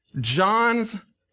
John's